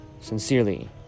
Sincerely